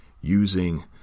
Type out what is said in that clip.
using